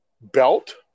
belt